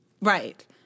Right